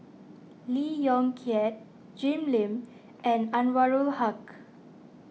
Lee Yong Kiat Jim Lim and Anwarul Haque